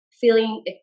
feeling